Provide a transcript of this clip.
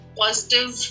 positive